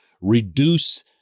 reduce